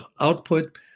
output